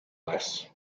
less